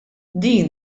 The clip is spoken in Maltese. din